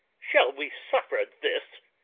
shall we suffer this?